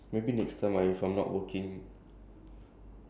okay let me see I don't think my boss is working today so